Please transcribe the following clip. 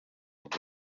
vuba